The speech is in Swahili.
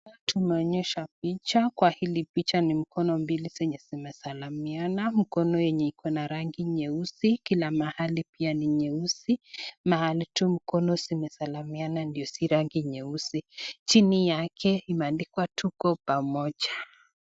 Hapa tunaonyeswa picha, kwa hili picha ni mkono mbili zenye zinasalimiana. Mkono yenye rangi nyeusi kila mahali pia hiyo ingine ni nyeusi . Mahali tu mikono zimesalimiana ndio si nyeusi . Chini yake imeandikwa tuko pamoja .